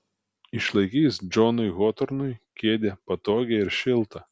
išlaikys džonui hotornui kėdę patogią ir šiltą